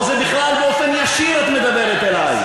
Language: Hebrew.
או שבכלל באופן ישיר את מדברת אלי?